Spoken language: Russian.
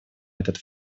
этот